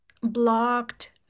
blocked